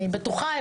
אני בטוחה,